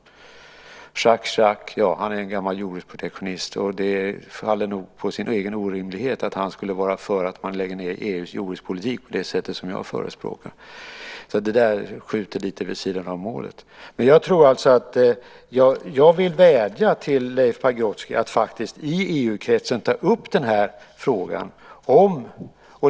Jaques Chirac är en gammal jordbruksprotektionist. Det faller nog på sin egen orimlighet att han skulle vara för att man lägger ned EU:s jordbrukspolitik på det sätt som jag förespråkar. Detta skjuter lite vid sidan av målet. Jag vill vädja till Leif Pagrotsky att ta upp den här frågan i EU-kretsen.